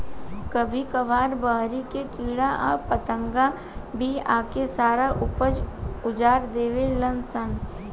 कभी कभार बहरी के कीड़ा आ पतंगा भी आके सारा ऊपज उजार देवे लान सन